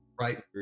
right